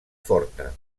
forta